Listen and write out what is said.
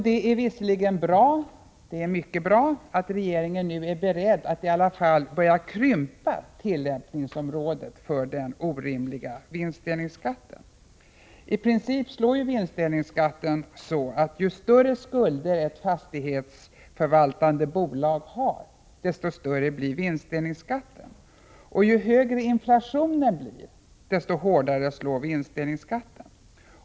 Det är visserligen mycket bra att regeringen nu är beredd att i alla fall börja krympa tillämpningsområdet för den orimliga vinstdelningsskatten. I princip slår nämligen vinstdelningsskatten så, att ju större skulder ett fastighetsför valtande bolag har, desto större blir vinstdelningsskatten. Och ju högre inflationen blir, desto hårdare slår vinstdelningsskatten.